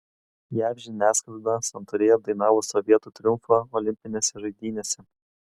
jav žiniasklaida santūriai apdainavo sovietų triumfą olimpinėse žaidynėse